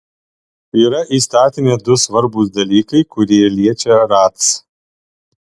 yra įstatyme du svarbūs dalykai kurie liečia ratc